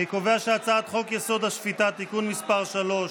אני קובע שהצעת חוק-יסוד: השפיטה (תיקון מס' 3)